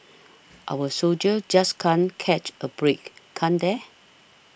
our soldiers just can't catch a break can't they